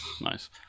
Nice